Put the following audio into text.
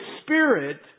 Spirit